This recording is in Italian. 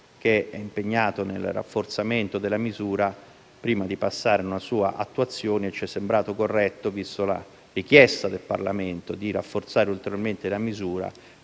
che è impegnato nel rafforzamento della misura. Prima di passare a una sua attuazione, ci è sembrato corretto, vista la richiesta del Parlamento di rafforzare ulteriormente la misura,